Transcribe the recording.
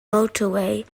motorway